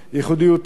ייחודיותם,